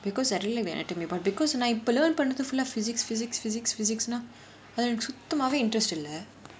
because I really like the anatomy but because நான் இப்போ:naan ippo learn பந்து:panthu full physics physics physics physics னா அது எனக்கு சுத்தமாவே:naa athu enakku suthamaavae interest இல்ல:illa